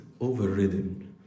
overridden